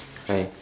hi